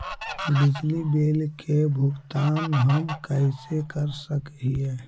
बिजली बिल के भुगतान हम कैसे कर सक हिय?